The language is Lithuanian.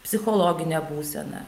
psichologinę būseną